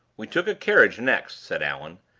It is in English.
we took a carriage next, said allan,